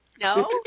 No